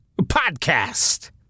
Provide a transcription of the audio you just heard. podcast